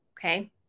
Okay